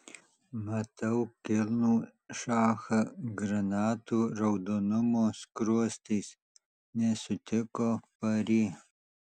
matau kilnų šachą granatų raudonumo skruostais nesutiko pari